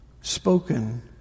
spoken